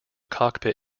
cockpit